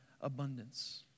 Abundance